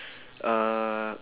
uh